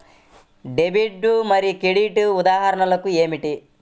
Debit మరియు credit ఉదాహరణలు ఏమిటీ?